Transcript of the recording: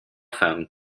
phone